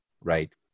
right